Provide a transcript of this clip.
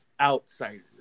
outsiders